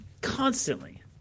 constantly